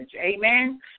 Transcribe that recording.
Amen